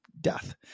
death